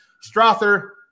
Strother